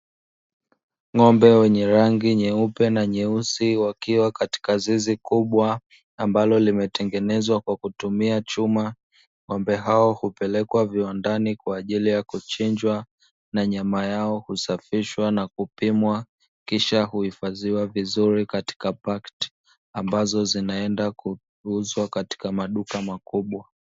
Ng'ombe wenye rangi nyeupe na nyeusi wakiwa katika zizi kubwa, ambalo limetengenezwa kwa kutumia chuma. Ng'ombe hao hupelekwa viwandani kwa ajili ya kuchinjwa, na nyama yao husafishwa na kupimwa, kisha huhifadhiwa vizuri katika pakti ambazo zinaenda kuuzwa katika maduka makubwa.